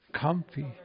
comfy